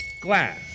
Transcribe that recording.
Glass